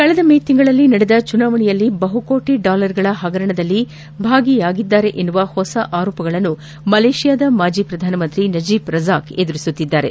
ಕಳೆದ ಮೇ ತಿಂಗಳಲ್ಲಿ ನಡೆದ ಚುನಾವಣೆಯಲ್ಲಿ ಬಹುಕೋಟ ಡಾಲರ್ಗಳ ಹಗರಣದಲ್ಲಿ ಭಾಗಿಯಾಗಿದ್ದಾರೆಂಬ ಹೊಸ ಆರೋಪಗಳನ್ನು ಮಲೇಷ್ಯಾದ ಮಾಜಿ ಪ್ರಧಾನಮಂತ್ರಿ ನಜೀಬ್ ರಜಾಕ್ ಎದುರಿಸುತ್ತಿದ್ದಾರೆ